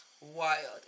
wild